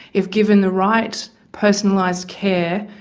if given the right personalised care,